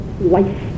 life